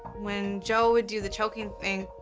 when joe would do the choking thing,